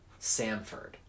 Samford